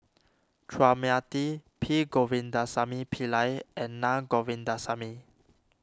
Chua Mia Tee P Govindasamy Pillai and Naa Govindasamy